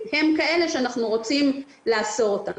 הם כאלה שאנחנו רוצים לאסור אותם.